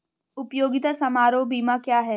उपयोगिता समारोह बीमा क्या है?